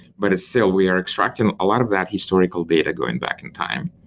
but still, we are extracting a lot of that historical data going back in time.